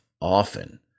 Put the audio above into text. often